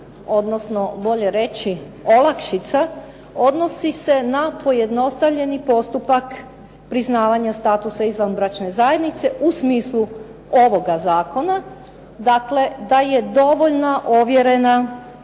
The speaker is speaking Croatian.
odnosno bolje reći olakšica, odnosi se na pojednostavljeni postupak priznavanja statusa izvanbračne zajednice u smislu ovoga zakona. Dakle, da je dovoljna ovjerena